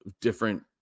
different